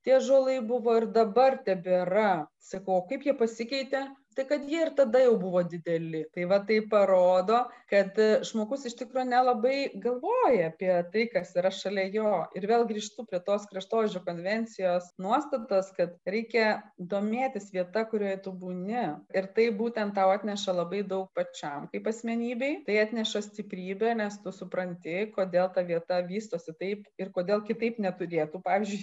tie ąžuolai buvo ir dabar tebėra sakau kaip jie pasikeitė tai kad jie ir tada jau buvo dideli tai va tai parodo kad žmogus iš tikro nelabai galvoja apie tai kas yra šalia jo ir vėl grįžtu prie tos kraštovaizdžio konvencijos nuostatos kad reikia domėtis vieta kurioje tu būni ir tai būtent tau atneša labai daug pačiam kaip asmenybei tai atneša stiprybę nes tu supranti kodėl ta vieta vystosi taip ir kodėl kitaip neturėtų pavyzdžiui